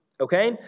Okay